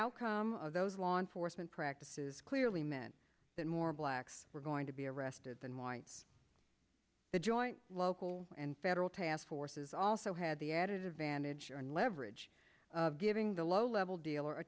outcome of those law enforcement practices clearly meant that more blacks were going to be arrested than whites the joint local and federal task forces also had the added advantage in leverage of giving the low level dealer a